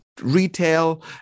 retail